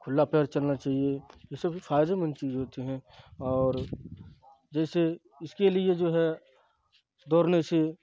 کھلا پیر چلنا چاہیے یہ سب فائدے مند چیز ہوتے ہیں اور جیسے اس کے لیے جو ہے دوڑنے سے